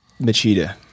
Machida